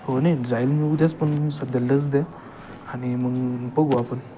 हो नाही जाईल मी उद्याच पण मी सध्या लस द्या आणि मग बघू आपण